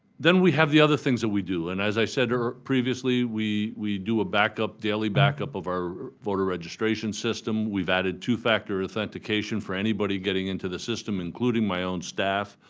then we have the other things that we do. and as i said previously, we we do a backup, daily backup of our voter registration system. we've added two-factor authentication for anybody getting into the system, including my own staff.